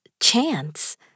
chance